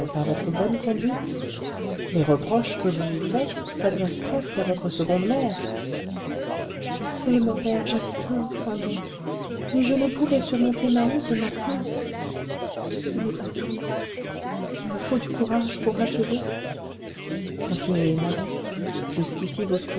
par votre bonne conduite les reproches que vous vous faites s'adressent presque à votre seconde mère je le sais mon père j'avais tort sans doute mais je ne pouvais surmonter ma honte et ma crainte ce n'est pas tout il me faut du courage pour achever continuez marie jusqu'ici